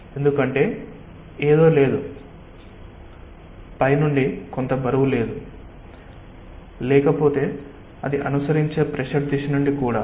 ఎందుకంటే ఏదో లేదు పై నుండి కొంత బరువు లేదు లేకపోతేఅది అనుసరించే ప్రెషర్ దిశ నుండి కూడా